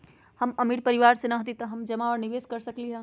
हम अमीर परिवार से न हती त का हम जमा और निवेस कर सकली ह?